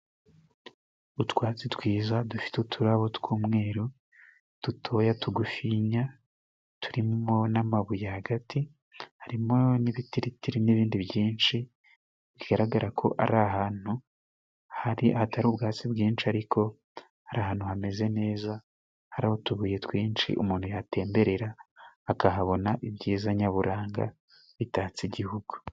Utwatsi twiza dufite uturabo tw'umweru dutoya, tugufinya turimo n'amabuye. Hagati harimo n'ibitiritiri n'ibindi byinshi bigaragara ko ari ahantu hari hatari ubwatsi bwinshi, ariko ari ahantu hameze neza, hari utubuye twinshi, umuntu yatemberera akahabona ibyiza nyaburanga bitatse igihugu.